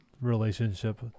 relationship